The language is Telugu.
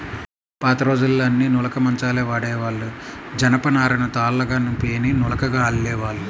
పాతరోజుల్లో అన్నీ నులక మంచాలే వాడేవాళ్ళు, జనపనారను తాళ్ళుగా పేని నులకగా అల్లేవాళ్ళు